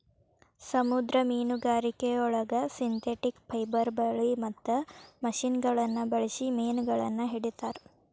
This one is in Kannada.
ಸಮುದ್ರ ಮೇನುಗಾರಿಕೆಯೊಳಗ ಸಿಂಥೆಟಿಕ್ ಪೈಬರ್ ಬಲಿ ಮತ್ತ ಮಷಿನಗಳನ್ನ ಬಳ್ಸಿ ಮೇನಗಳನ್ನ ಹಿಡೇತಾರ